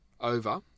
over